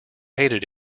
hated